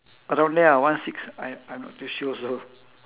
around there lah one six I I'm not too sure also